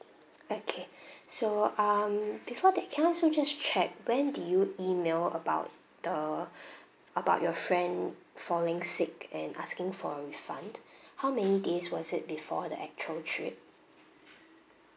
okay so um before that can I also just check when did you email about the about your friend falling sick and asking for a refund how many days was it before the actual trip